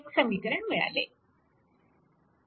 हे एक समीकरण मिळाले